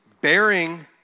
bearing